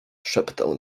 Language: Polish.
szeptał